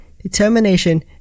determination